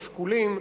השקולים,